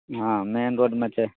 हँ मेन रोडमे छै